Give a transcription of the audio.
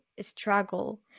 struggle